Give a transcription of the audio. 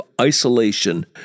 isolation